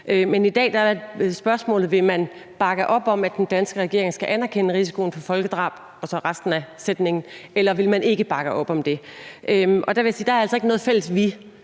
Men i dag er spørgsmålet, om man vil bakke op om, at den danske regering skal anerkende risikoen for folkedrab, eller om man – i forhold til resten af sætningen – ikke vil bakke op om det. Der vil jeg sige, at der altså ikke er noget fælles »vi«